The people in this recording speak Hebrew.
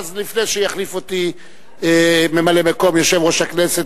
לפני שיחליף אותי ממלא-מקום יושב-ראש הכנסת,